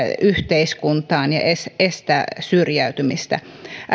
yhteiskuntaan ja estää syrjäytymistä